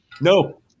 No